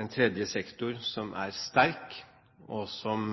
en tredje sektor – som er sterk, og som